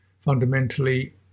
fundamentally